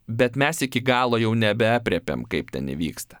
bet mes iki galo jau nebeaprėpiam kaip ten įvyksta